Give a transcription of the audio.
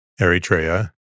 Eritrea